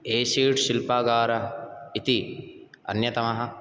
acid शिल्पागार इति अन्यतमः